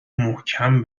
محکم